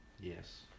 Yes